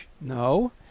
No